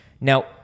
Now